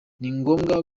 ngombwa